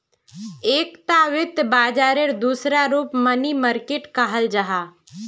एकता वित्त बाजारेर दूसरा रूप मनी मार्किट कहाल जाहा